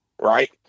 right